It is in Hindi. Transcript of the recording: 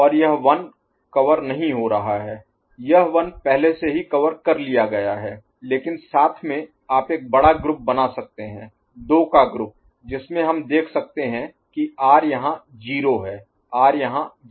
और यह 1 कवर नहीं हो रहा है यह 1 पहले से ही कवर किया गया है लेकिन साथ में आप एक बड़ा ग्रुप बना सकते हैं दो का ग्रुप जिसमें हम देख सकते हैं कि आर यहाँ 0 है आर यहाँ 0 है